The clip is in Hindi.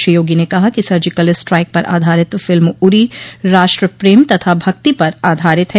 श्री योगी ने कहा कि सर्जिकल स्ट्राइक पर आधारित फिल्म उरी राष्ट्र प्रेम तथा भक्ति पर आधारित है